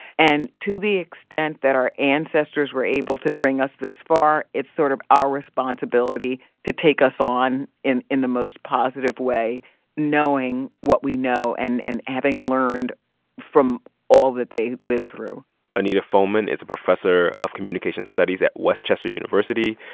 and to the extent that our ancestors were able to bring us this far, it's sort of our responsibility to take us on in in the most positive way knowing what we know and and having learned from all that they lived through anita foeman is a professor of communication studies at west chester university.